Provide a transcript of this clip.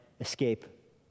escape